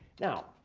now,